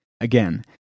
Again